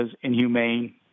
inhumane